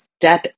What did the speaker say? Step